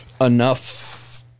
enough